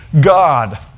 God